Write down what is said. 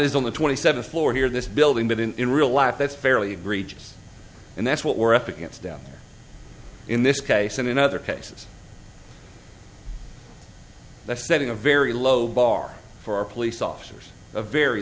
does on the twenty seventh floor here in this building within in real life that's fairly breaches and that's what we're up against down in this case and in other cases that's setting a very low bar for our police officers a very